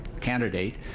candidate